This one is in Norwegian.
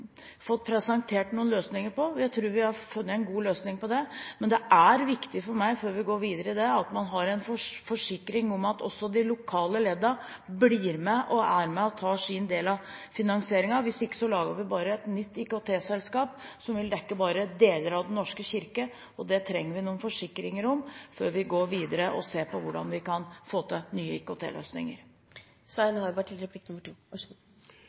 fått presentert noen løsninger på, og jeg tror vi har funnet en god en, men det er viktig for meg – før vi går videre med det – at vi har en forsikring om at også de lokale leddene blir med og tar sin del av finansieringen, hvis ikke lager vi bare et nytt IKT-selskap som vil dekke bare deler av Den norske kirke. Det trenger vi noen forsikringer om før vi går videre og ser på hvordan vi kan få til nye IKT-løsninger. Det er jo nettopp det dette forprosjektet har vært med og legge til